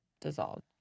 dissolved